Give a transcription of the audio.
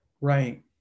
Right